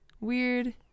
weird